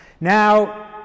Now